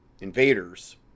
invaders